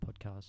podcast